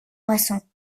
moisson